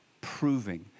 Proving